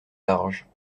large